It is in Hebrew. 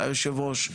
היושב-ראש,